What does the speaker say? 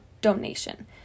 donation